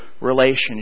relationship